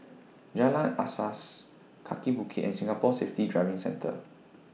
Jalan Asas Kaki Bukit and Singapore Safety Driving Centre